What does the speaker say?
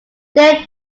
their